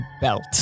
belt